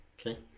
Okay